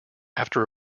after